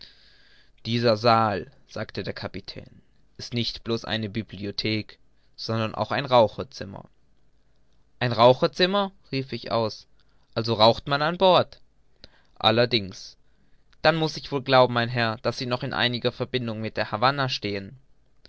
dieser saal sagte der kapitän ist nicht blos eine bibliothek sondern auch ein rauchzimmer ein rauchzimmer rief ich aus also raucht man an bord allerdings dann muß ich wohl glauben mein herr daß sie noch in einiger verbindung mit der havanna stehen